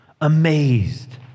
amazed